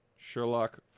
Sherlock